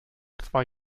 zwei